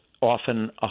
often